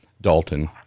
Dalton